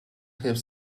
have